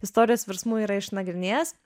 istorijos virsmų yra išnagrinėjęs